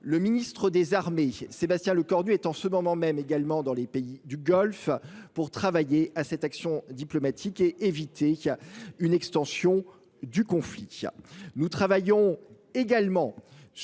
ministre des armées, est en ce moment même dans les pays du Golfe, pour travailler à cette action diplomatique et éviter une extension du conflit.